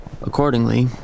Accordingly